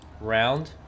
Round